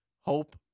hope